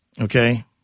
Okay